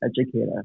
educator